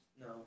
No